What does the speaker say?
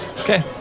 Okay